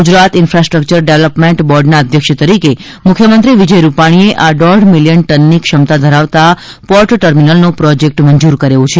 Gujarat infrastructure development બોર્ડના અધ્યક્ષ તરીકે મુખ્યમંત્રી વિજય રૂપાણીએ આ દોઢ મિલિયન ટનની ક્ષમતા ધરાવતા પોર્ટ ટર્મિનલનો પ્રોજેક્ટ મંજૂર કર્યો છે